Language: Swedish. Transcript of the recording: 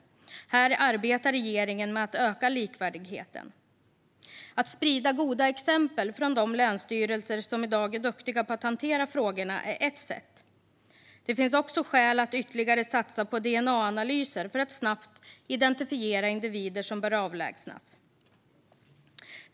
Regeringen arbetar med att öka likvärdigheten. Att sprida goda exempel från de länsstyrelser som i dag är duktiga på att hantera frågorna är ett sätt. Det finns också skäl att ytterligare satsa på DNA-analyser för att snabbt identifiera individer som bör avlägsnas.